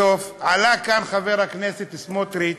ומשפט אחרון, בסוף, עלה כאן חבר הכנסת סמוטריץ